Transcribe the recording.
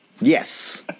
Yes